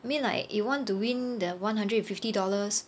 I mean like you want to win the one hundred and fifty dollars